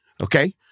okay